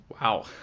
Wow